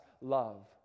love